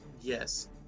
Yes